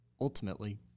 ultimately